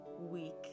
week